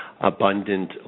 abundant